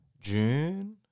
June